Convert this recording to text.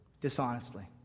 dishonestly